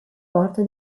porte